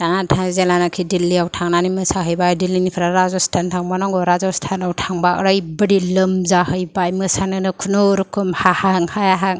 दाना जेलानाखि दिल्लिआव थांना मोसाहैबाय दिल्लिनिफ्राय राजस्थान थांबावनांगौ राजस्थानाव थांबा ओरैबायदि लोमजाहैबाय मोसानोनो खुनुरुखुम हाहां हायाहां